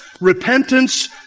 repentance